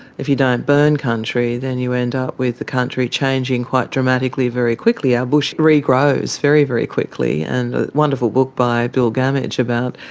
if you don't burn country then you end up with the country changing quite dramatically very quickly. our bush regrows very, very quickly, and a wonderful book by bill gammage about,